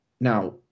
now